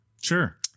Sure